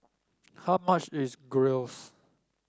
how much is Gyros